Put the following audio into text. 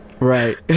Right